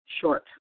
short